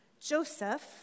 Joseph